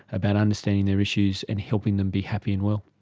about understanding their issues and helping them be happy and well.